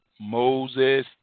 Moses